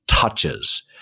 Touches